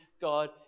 God